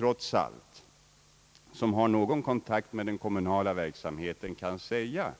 Ingen som har någon kontakt med den kommunala verksamheten kan säga,